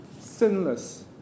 Sinless